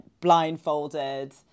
blindfolded